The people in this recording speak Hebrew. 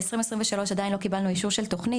בשנת 2023 עוד לא קיבלנו אישור של תוכנית,